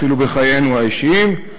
אפילו בחיינו האישיים.